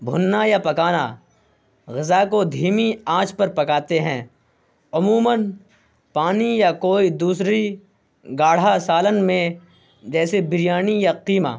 بھوننا یا پکانا غذا کو دھیمی آنچ پر پکاتے ہیں عموماً پانی یا کوئی دوسری گاڑھا سالن میں جیسے بریانی یا قیمہ